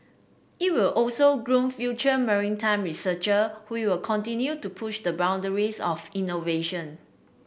it will also groom future maritime researcher who will continue to push the boundaries of innovation